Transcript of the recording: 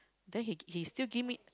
then he he still give me